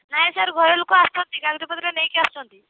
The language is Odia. ନାଇଁ ସାର୍ ଘର ଲୋକ ଆସୁଛନ୍ତି କାଗଜପତ୍ର ନେଇକି ଆସୁଛନ୍ତି